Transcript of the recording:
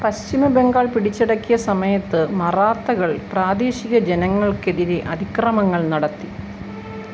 പശ്ചിമബംഗാൾ പിടിച്ചടക്കിയ സമയത്ത് മറാത്തകൾ പ്രാദേശിക ജനങ്ങൾക്കെതിരെ അതിക്രമങ്ങൾ നടത്തി